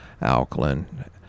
alkaline